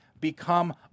become